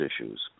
issues